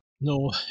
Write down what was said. No